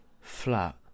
flat